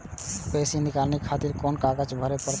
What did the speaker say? पैसा नीकाले खातिर कोन कागज भरे परतें?